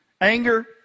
Anger